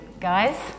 guys